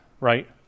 right